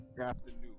afternoon